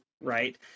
right